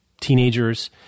teenagers